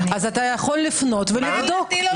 אז אתה יכול לפנות ולבדוק.